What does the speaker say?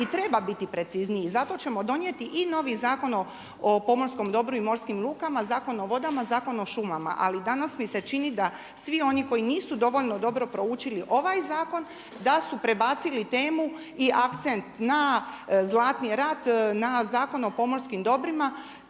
i treba biti precizniji. I zato ćemo donijeti i novi Zakon o pomorskom dobru i morskim lukama, Zakon o vodama, Zakon o šumama, ali danas mi se čini da svi oni koji nisu dovoljno dobro proučili ovaj zakon da su prebacili temu i akcent na Zlatni rat, na Zakon o pomorskim dobrima